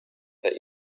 that